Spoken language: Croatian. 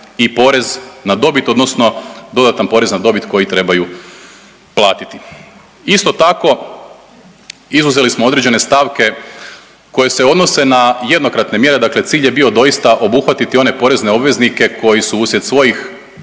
i porez na dobit odnosno dodatan porez na dobit koji trebaju platiti. Isto tako izuzeli smo određene stavke koje se odnose na jednokratne mjere, dakle cilj je bio doista obuhvatiti one porezne obveznike koji su uslijed svojih